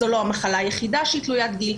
זו לא המחלה היחידה שהיא תלוית גיל,